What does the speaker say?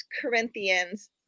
Corinthians